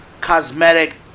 cosmetic